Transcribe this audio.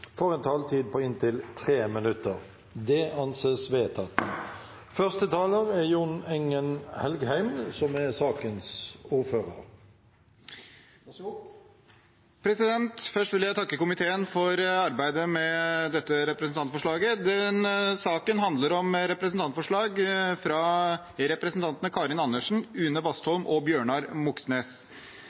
får en taletid på inntil 3 minutter. – Det anses vedtatt. Først vil jeg takke komiteen for arbeidet med dette representantforslaget. Denne saken handler om et representantforslag fra representantene Karin Andersen, Une Bastholm og Bjørnar Moxnes.